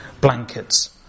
blankets